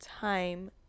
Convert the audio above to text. time